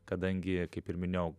kadangi kaip ir minėjau